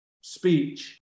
speech